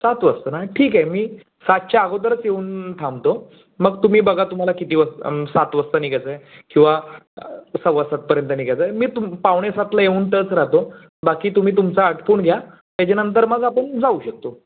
सात वाजता ना ठीक आहे मी सातच्या अगोदरच येऊन थांबतो मग तुम्ही बघा तुम्हाला किती वाज सात वाजता निघायचं आहे किंवा सव्वा सातपर्यंत निघायचं आहे मी तुम् पावणे सातला येऊन टच राहतो बाकी तुम्ही तुमचं आटोपून घ्या त्याच्यानंतर मग आपण जाऊ शकतो